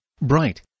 bright